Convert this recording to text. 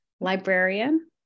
librarian